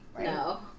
No